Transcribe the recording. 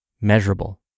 measurable